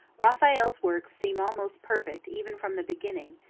raphael's works seem almost perfect even from the beginning,